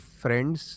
friends